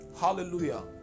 Hallelujah